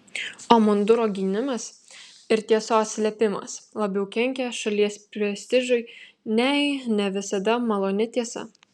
o munduro gynimas ir tiesos slėpimas labiau kenkia šalies prestižui nei ne visada maloni tiesa